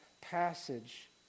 passage